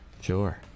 sure